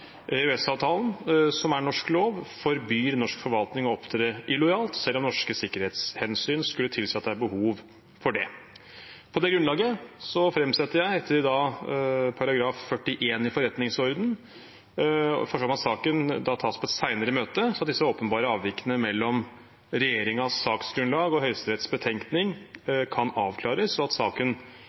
som er norsk lov, forbyr norsk forvaltning å opptre illojalt selv om norske sikkerhetshensyn skulle tilsi at det er behov for det. På dette grunnlaget framsetter jeg etter § 41 i forretningsordenen forslag om at saken tas i et senere møte, så disse åpenbare avvikene mellom regjeringens saksgrunnlag og Høyesteretts betenkning kan avklares, og at saken